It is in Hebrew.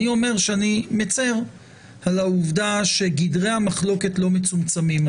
אני אומר שאני מצר על העובדה שגדרי המחלוקת לא מצומצמים.